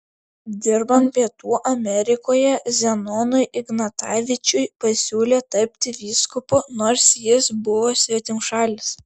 dirbant pietų amerikoje zenonui ignatavičiui pasiūlė tapti vyskupu nors jis buvo svetimšalis